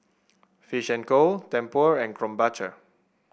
Fish and Co Tempur and Krombacher